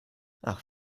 ach